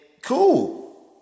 cool